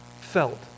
felt